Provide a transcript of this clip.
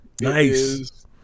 Nice